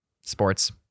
sports